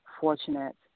fortunate